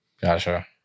Gotcha